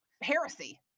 heresy